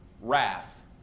wrath